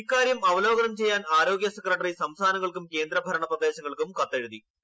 ഇക്കാരൃം അവലോകനം ചെയ്യാൻ ആരോഗ്യ സെക്രട്ടറി സംസ്ഥാനങ്ങൾക്കും കേന്ദ്രഭരണ പ്രദേശങ്ങൾക്കും കത്തെഴുത്പ്